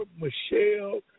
Michelle